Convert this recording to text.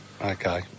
okay